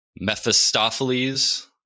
Mephistopheles